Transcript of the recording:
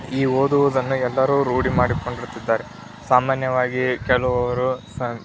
ಈ ಓದುವುದನ್ನು ಎಲ್ಲರೂ ರೂಢಿ ಮಾಡಿಕೊಂಡಿರುತ್ತಿದ್ದಾರೆ ಸಾಮಾನ್ಯವಾಗಿ ಕೆಲವರು ಸಾ